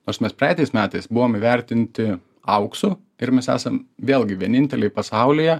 nors mes praeitais metais buvom įvertinti auksu ir mes esam vėlgi vieninteliai pasaulyje